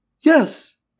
Yes